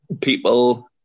people